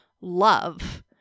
love